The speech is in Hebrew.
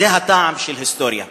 זה הטעם של היסטוריה.